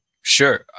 Sure